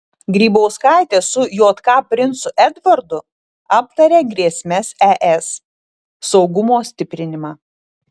grybauskaitė su jk princu edvardu aptarė grėsmes es saugumo stiprinimą